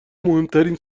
مهمترین